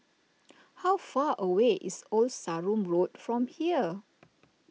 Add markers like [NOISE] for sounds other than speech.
[NOISE] how far away is Old Sarum Road from here